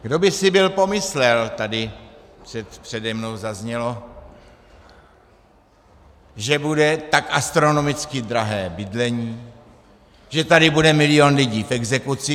Kdo by si byl pomyslel, tady přede mnou zaznělo, že bude tak astronomicky drahé bydlení, že tady bude milion lidí v exekucích.